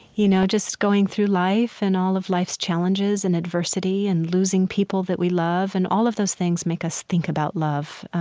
you know just going through life and all of life's challenges and adversity and losing people that we love and all of those things make us think about love.